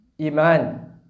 iman